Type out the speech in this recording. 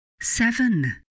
Seven